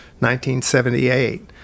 1978